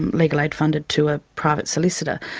legal aid funded, to a private solicitor.